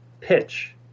pitch